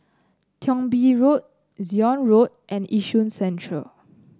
Thong Bee Road Zion Road and Yishun Central